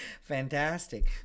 fantastic